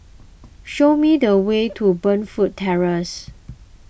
show me the way to Burnfoot Terrace